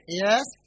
yes